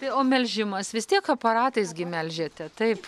tai o melžimas vis tiek aparatais gi melžiate taip